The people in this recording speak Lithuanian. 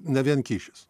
ne vien kyšis